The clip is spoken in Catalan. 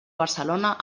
barcelona